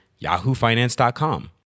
yahoofinance.com